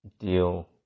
deal